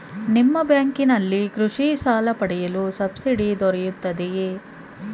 ನಿಮ್ಮ ಬ್ಯಾಂಕಿನಲ್ಲಿ ಕೃಷಿ ಸಾಲ ಪಡೆಯಲು ಸಬ್ಸಿಡಿ ದೊರೆಯುತ್ತದೆಯೇ?